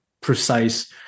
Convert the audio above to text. precise